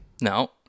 No